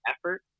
effort